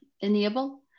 enable